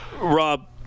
Rob